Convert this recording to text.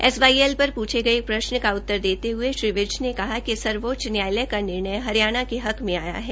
S Y L पर पूछे गए एक प्रश्न का उत्तर देते ह्ये श्री विज ने कहा कि सर्वोच्च न्यायालय का निर्णयहरियाणा के हक में आया है